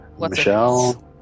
Michelle